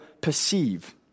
perceive